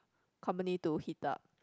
company to heat up